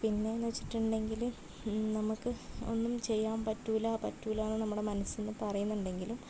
പിന്നെ എന്ന് വെച്ചിട്ടുണ്ടെങ്കിൽ നമുക്ക് ഒന്നും ചെയ്യാൻ പറ്റില്ല പറ്റില്ല എന്ന് നമ്മുടെ മനസ്സിൽ നിന്ന് പറയുന്നുണ്ടെങ്കിലും